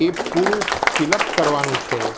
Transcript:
એ પૂરું ફિલઅપ કરવાનું છે